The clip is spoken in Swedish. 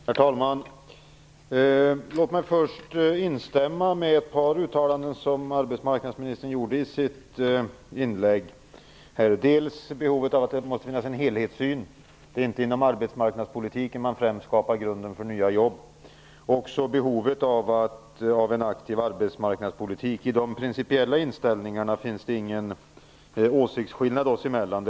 Herr talman! Låt mig först instämma i ett par uttalanden som arbetsmarknadsministern gjorde i sitt inlägg, dels behovet av en helhetssyn - det är inte inom arbetsmarknadspolitiken som man främst skapar grunden för nya jobb - dels behovet av en aktiv arbetsmarknadspolitik. I de principiella inställningarna finns det ingen skillnad oss emellan.